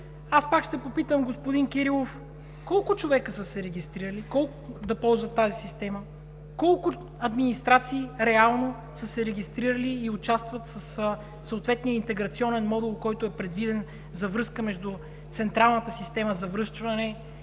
пак ще попитам господин Кирилов: колко човека са се регистрирали да ползват тази система? Колко администрации са се регистрирали и участват със съответния интеграционен модул, който е предвиден за връзка между централната система за връчване и